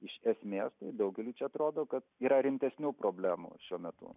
iš esmės tai daugeliui čia atrodo kad yra rimtesnių problemų šiuo metu